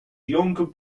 younger